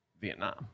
vietnam